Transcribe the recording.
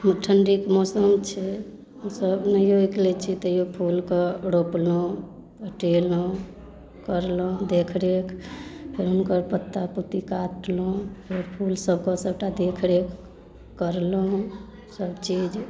ठण्डीके मौसम छै हमसब नहियो निकलै छी तैयो फूलके रोपलहुँ पटेलहुँ करलहुँ देखरेख फेर हुनकर पत्ता पुत्ती काटलहुँ फेर फूल सबके सबटा देख रेख करलहुँ सब चीज